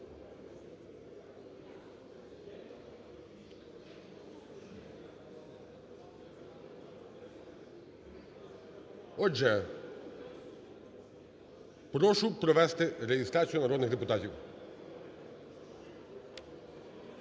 Отже, прошу провести реєстрацію народних депутатів.